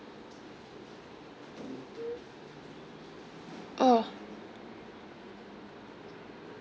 oh